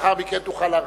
לאחר מכן תוכל להרחיב.